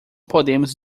podemos